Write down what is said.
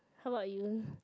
how about you